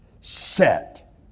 Set